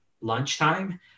lunchtime